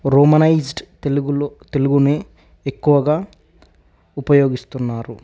Romanised తెలుగులో తెలుగునే ఎక్కువగా ఉపయోగిస్తున్నారు